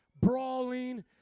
brawling